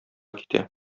китә